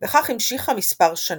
וכך המשיכה מספר שנים.